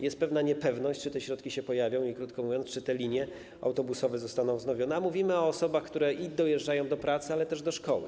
Jest niepewność, czy te środki się pojawią i krótko mówiąc, czy te linie autobusowe zostaną wznowione, a mówimy o osobach, które dojeżdżają do pracy, ale też do szkoły.